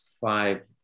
five